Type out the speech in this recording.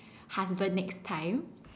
husband next time